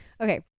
Okay